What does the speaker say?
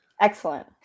Excellent